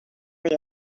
they